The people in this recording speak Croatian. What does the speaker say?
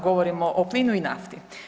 Govorimo o plinu i nafti.